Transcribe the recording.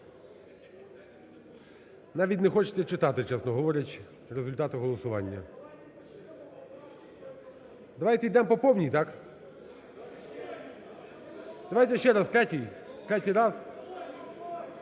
Навіть не хочеться читати, чесно говорячи, результати голосування. Давайте йдемо по повній, так? Давайте ще раз, третій раз?